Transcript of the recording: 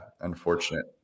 unfortunate